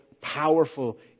powerful